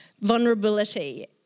vulnerability